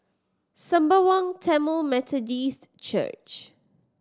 Sembawang Tamil Methodist Church